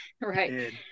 Right